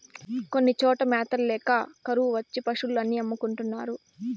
కొన్ని చోట్ల మ్యాత ల్యాక కరువు వచ్చి పశులు అన్ని అమ్ముకుంటున్నారు